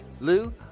Lou